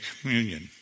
communion